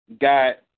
got